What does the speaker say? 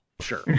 Sure